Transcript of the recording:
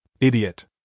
Idiot